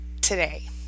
today